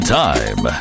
time